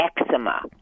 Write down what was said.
eczema